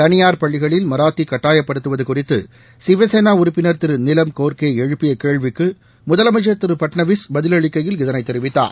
தனியார் பள்ளிகளில் மராத்தி கட்டாயப்படுத்துவது குறித்து சிவசேனா உறுப்பினர் திரு நிலம் கோர்கே எழுப்பிய கேள்விக்கு முதலமைச்சர் திரு பட்னாவிஸ் பதிலளிக்கையில் இதைத் தெரிவித்தார்